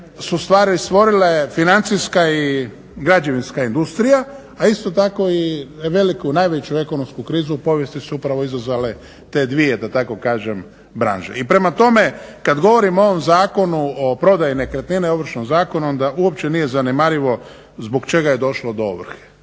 su ustvari stvorile financijska i građevinska industrija a isto tako i veliku, najveću ekonomsku krizu u povijesti su upravo izazvale te dvije da tako kažem branše. I prema tome, kada govorimo o ovom Zakonu o prodaji nekretnina i Ovršnom zakonu onda uopće nije zanemarivo zbog čega je došlo do ovrhe,